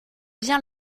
bien